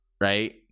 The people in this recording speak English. right